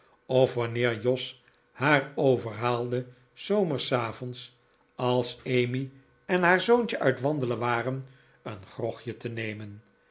of wanneer jos haar overhaalde s zomersavonds als emmy en haar zoontje uit wandelen waren een grogje te nemen